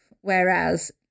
whereas